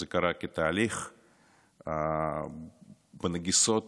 זה קרה כתהליך, בנגיסות